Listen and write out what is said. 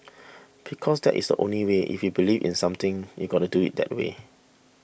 because that is the only way if you believe in something you've got to do it that way